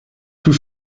tout